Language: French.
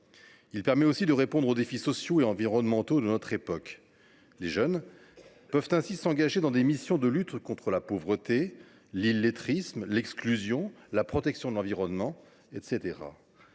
Il permet enfin de répondre aux défis sociaux et environnementaux de notre époque. Les jeunes peuvent ainsi s’engager dans des missions de lutte contre la pauvreté, l’illettrisme ou l’exclusion ou encore pour la protection de l’environnement.